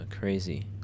crazy